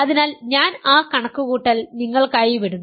അതിനാൽ ഞാൻ ആ കണക്കുകൂട്ടൽ നിങ്ങൾക്കായി വിടുന്നു